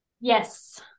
Yes